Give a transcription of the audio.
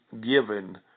given